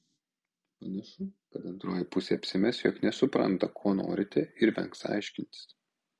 panašu kad antroji pusė apsimes jog nesupranta ko norite ir vengs aiškintis